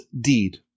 deed